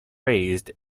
raised